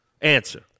answer